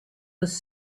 was